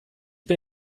bin